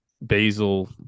Basil